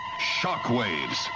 Shockwaves